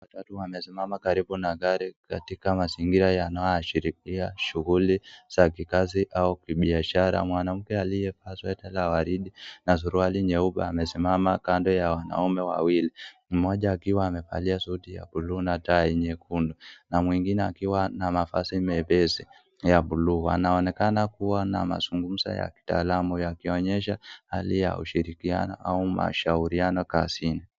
Watatu wamesimama karibu na gari katika mazingira yanayoashiria shughuli za kikazi au kibiashara. Mwanamke aliyevaa sweater la waridi na suruali nyeupe amesimama kando ya wanaume wawili, mmoja akiwa amevalia suti ya bluu na tai nyekundu, na mwingine akiwa na mavazi mepesi ya bluu. Wanaonekana kua na mazungumzo ya kitaalam yakionyesha hali ya ushirikiana au mashauriano kazini.